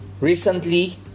Recently